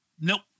nope